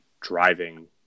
driving